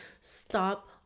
Stop